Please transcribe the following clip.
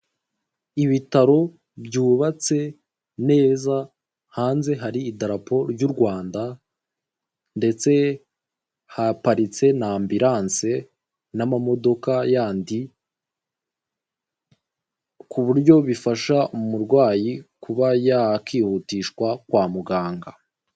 Ibitaro byubatse neza, hanze hari idarapo ry'u Rwanda, ndetse haparitse na ambiranse, n'amamodoka yandi, ku buryo bifasha umurwayi kuba yakihutishwa kwa muganga.